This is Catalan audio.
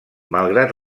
malgrat